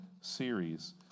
series